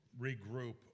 regroup